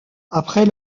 après